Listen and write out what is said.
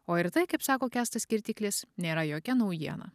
o ir tai kaip sako kęstas kirtiklis nėra jokia naujiena